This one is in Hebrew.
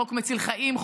חוק מציל חיים,